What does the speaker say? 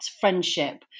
friendship